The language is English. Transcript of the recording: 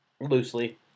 loosely